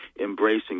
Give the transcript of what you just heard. embracing